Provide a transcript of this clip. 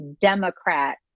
Democrat